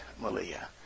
Malia